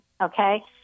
okay